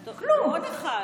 טוב, עוד אחד.